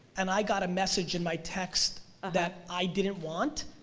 and i got a message in my text that i didn't want,